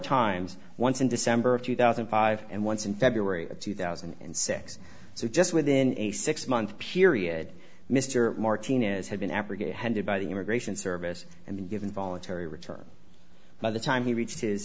times once in december of two thousand and five and once in february two thousand and six so just within a six month period mr martinez had been abrogated handed by the immigration service and given voluntary return by the time he reache